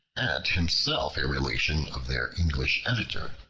and himself a relation of their english editor.